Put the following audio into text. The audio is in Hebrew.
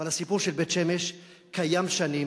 אבל הסיפור של בית-שמש קיים שנים.